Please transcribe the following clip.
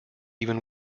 even